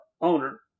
owner